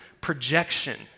projection